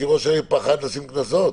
ראש העיר פחד לשים קנסות?